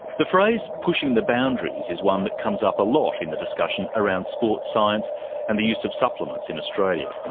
the phrase pushing the boundaries is one that comes up a lot in the discussion around sports science and the use of supplements in australia.